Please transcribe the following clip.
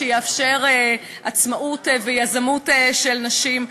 שינוי שיאפשר עצמאות ויזמות של נשים.